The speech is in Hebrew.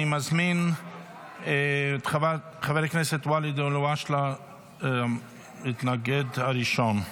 אני מזמין את חבר הכנסת ואליד אלהואשלה להתנגד ראשון.